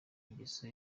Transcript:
ingeso